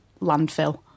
landfill